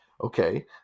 Okay